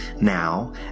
now